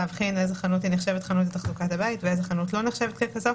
להבחין איזו חנות נחשבת חנות לתחזוקת בית ואיזו חנות לא נחשבת ככזאת.